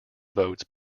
votes